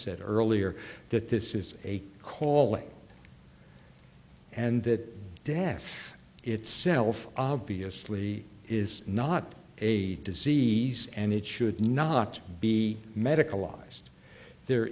said earlier that this is a calling and that death itself obviously is not a disease and it should not be medicalized there